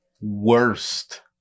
worst